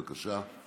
בבקשה.